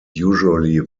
usually